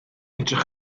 edrych